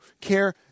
care